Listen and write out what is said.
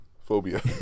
Phobia